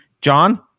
John